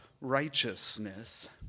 righteousness